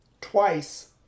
Twice